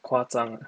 夸张 ah